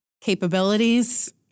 capabilities